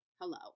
hello